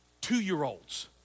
two-year-olds